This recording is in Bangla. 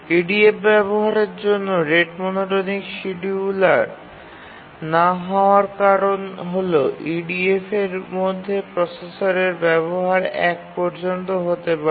EDF ব্যবহারের জন্য এবং রেট মনোটোনিক শিডিয়ুলার না হওয়ার কারণ হল EDF এর মধ্যে প্রসেসরের ব্যবহার ১ পর্যন্ত হতে পারে